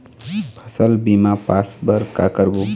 फसल बीमा पास बर का करबो?